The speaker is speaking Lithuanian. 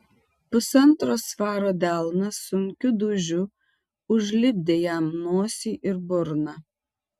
pusantro svaro delnas sunkiu dūžiu užlipdė jam nosį ir burną